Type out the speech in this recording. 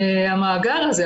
המאגר הזה,